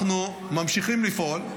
אנחנו ממשיכים לפעול,